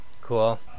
Cool